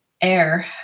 air